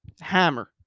Hammer